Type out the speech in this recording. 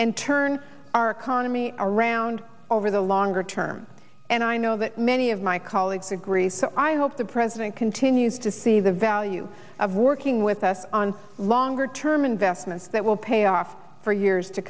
and turn our economy around over the longer term and i know that many of my colleagues agree so i hope the president continues to see the value of working with us on longer term investments that will pay off for years to